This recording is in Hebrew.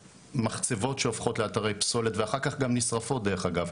מחצבות שהופכות לאתרי פסולת ואחר-כך גם נשרפות דרך אגב,